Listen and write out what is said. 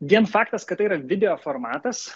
vien faktas kad tai yra video formatas